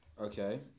Okay